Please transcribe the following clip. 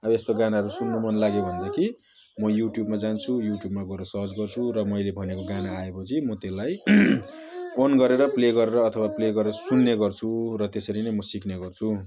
अब यस्तो गानाहरू सुन्नु मनलाग्यो भनेदेखि म युट्युबमा जान्छु युट्युबमा गएर सर्च गर्छु र मैले भनेको गाना आयो पछि म त्यसलाई अन् गरेर प्ले गरेर अथवा प्ले गरेर सुन्ने गर्छु र त्यसरी नै म सिक्ने गर्छु